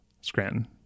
Scranton